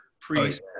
priest